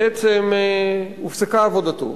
בעצם הופסקה עבודתו,